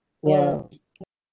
ya